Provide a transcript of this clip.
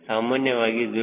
ಸಾಮಾನ್ಯವಾಗಿ 0